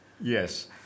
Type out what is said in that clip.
Yes